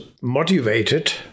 motivated